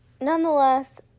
nonetheless